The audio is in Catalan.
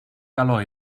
calor